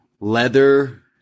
leather